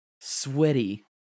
sweaty